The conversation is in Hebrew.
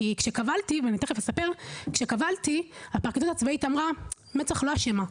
כי כשקבלתי, הפרקליטות הצבאית אמרה: מצ"ח לא אשמה.